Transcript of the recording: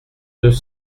deux